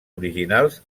originals